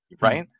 Right